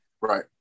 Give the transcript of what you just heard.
Right